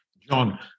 John